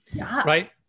right